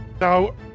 now